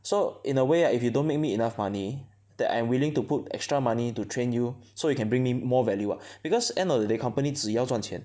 so in a way right if you don't make me enough money that I'm willing to put extra money to train you so you can bring me more value ah because end of the day company 只要赚钱